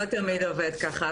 זה לא תמיד עובד ככה,